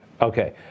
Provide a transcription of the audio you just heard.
Okay